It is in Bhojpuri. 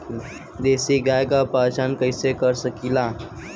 देशी गाय के पहचान कइसे कर सकीला?